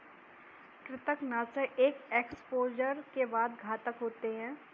कृंतकनाशक एक एक्सपोजर के बाद घातक होते हैं